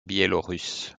biélorusse